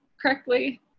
correctly